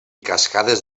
cascades